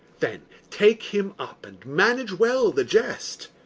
then take him up, and manage well the jest.